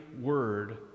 word